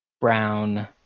Brown